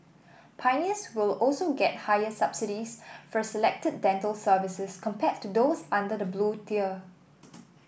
pioneers will also get higher subsidies for selected dental services compared to those under the Blue Tier